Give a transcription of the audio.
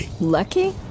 lucky